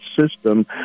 system